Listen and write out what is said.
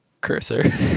cursor